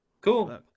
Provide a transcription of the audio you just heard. Cool